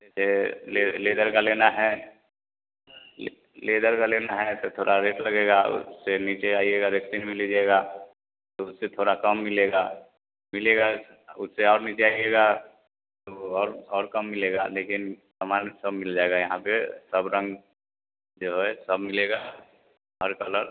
जैसे लेदर का लेना है लेदर का लेना है तो थोड़ा रेट लगेगा उससे नीचे आइएगा रेक्सीन में लीजिएगा तो उससे थोड़ा कम मिलेगा मिलेगा उससे और नीचे आइएगा तो और और कम मिलेगा लेकिन सामान सब मिल जाएगा यहाँ पर सब रंग जो है सब मिलेगा हर कलर